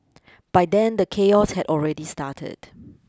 by then the chaos had already started